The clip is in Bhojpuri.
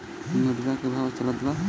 मुर्गा के का भाव चलता?